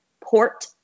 port